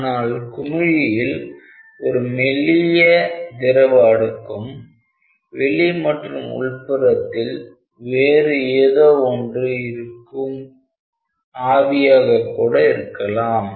ஆனால் குமிழியில் ஒரு மெல்லிய திரவ அடுக்கும் வெளி மற்றும் உள்புறத்தில் வேறு ஏதோ ஒன்று இருக்கும் ஆவியாக இருக்கலாம்